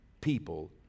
people